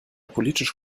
politisch